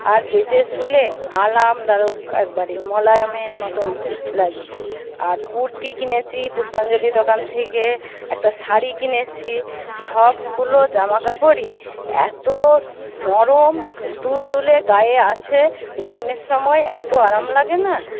আর পেতে শুলে আরামদায়ক একেবারে মোলায়েমের মতন লাগে আর কুর্তি কিনেছি পুষ্পাঞ্জলি দোকান থেকে একটা শাড়ি কিনেছি সবগুলো জামাকাপড়ই এত নরম তুলতুলে গায়ে আছে গরমের সময় এত আরাম লাগে না